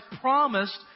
promised